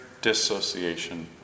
dissociation